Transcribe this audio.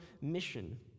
mission